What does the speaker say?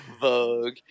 Vogue